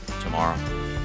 tomorrow